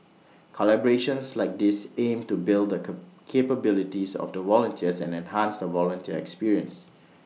collaborations like these aim to build the capabilities of the volunteers and enhance the volunteer experience